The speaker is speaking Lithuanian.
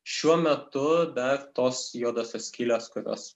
šiuo metu dar tos juodosios skylės kurios